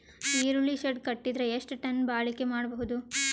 ಈರುಳ್ಳಿ ಶೆಡ್ ಕಟ್ಟಿದರ ಎಷ್ಟು ಟನ್ ಬಾಳಿಕೆ ಮಾಡಬಹುದು?